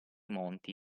monti